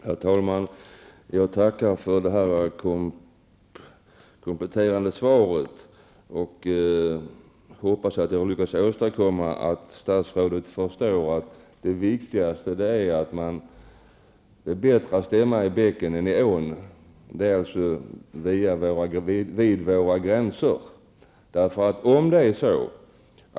Herr talman! Jag tackar för det kompletterande svaret. Jag hoppas att jag har lyckats åstadkomma att statsrådet förstår att det är bättre att stämma i bäcken än i ån, dvs. i det här fallet vid våra gränser.